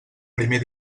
primer